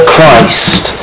Christ